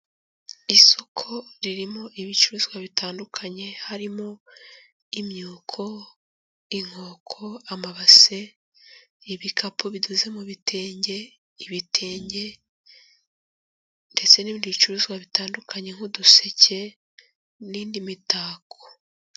Isoko ririmo ibicuruzwa bitandukanye harimo imyuko, inkoko, amabase, ibikapu bidoze mu bitenge, ibitenge ndetse n'ibindi bicuruzwa bitandukanye nk'uduseke n'indi mitako.